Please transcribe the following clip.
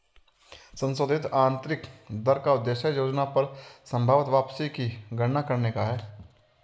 संशोधित आंतरिक दर का उद्देश्य योजना पर संभवत वापसी की गणना करने का है